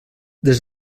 des